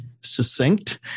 succinct